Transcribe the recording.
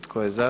Tko je za?